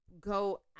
go